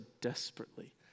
desperately